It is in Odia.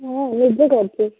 ହଁ ନିଜେ କରଛୁ